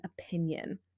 opinion